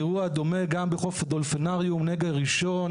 אירוע דומה גם בחוף הדולפינריום, נגר ראשון